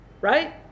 right